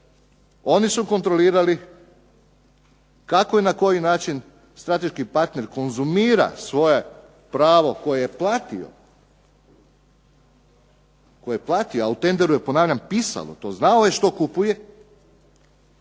oni su kontrolira kako i na koji način strateški partner konzumira svoje pravo koje je platio, a u tenderu je to pisalo ponavljam, znao je što kupuje,